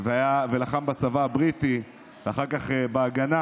ולחם בצבא הבריטי ואחר כך בהגנה.